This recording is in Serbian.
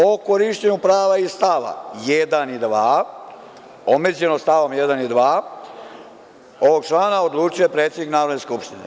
O korišćenju prava iz st. 1. i 2, omeđeno st. 1. i 2. ovog člana, odlučuje predsednik Narodne skupštine“